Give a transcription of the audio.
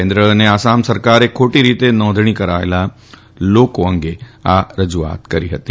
કેન્દ્ર અને આસામ સરકારે ખોટી રીતે નોંધમી કરાવેલા લોકો અંગે આ રજુઆત કરી હતી